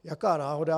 Jaká náhoda.